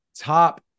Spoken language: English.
top